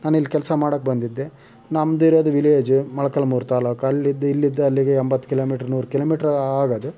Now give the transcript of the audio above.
ನಾನಿಲ್ಲಿ ಕೆಲಸ ಮಾಡೋಕ್ಕೆ ಬಂದಿದ್ದೆ ನಮ್ಮದಿರೋದು ವಿಲೇಜು ಮೊಳಕಾಲ್ಮೂರು ತಾಲ್ಲೂಕು ಅಲ್ಲಿಂದ ಇಲ್ಲಿಂದ ಅಲ್ಲಿಗೆ ಎಂಬತ್ತು ಕಿಲೋ ಮೀಟ್ರ್ ನೂರು ಕಿಲೋ ಮೀಟ್ರ್ ಆಗೋದು